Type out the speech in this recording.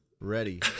ready